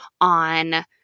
on